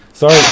Sorry